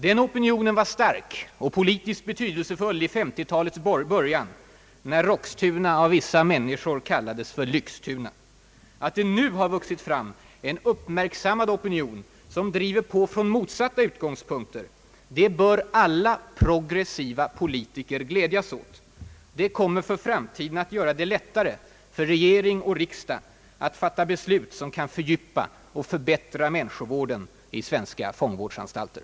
Den opinionen var stark och politiskt betydelsefull vid 1950-talets början, när Roxtuna av vissa människor kallades för Lyxtuna. Att det nu har vuxit fram en uppmärksammad opinion, som driver på från motsatta utgångspunkter, bör alla progressiva politiker glädjas åt. Det kommer för framtiden att göra det lättare för regering och riksdag att fatta beslut som kan fördjupa och förbättra människovården i svenska fångvårdsanstalter.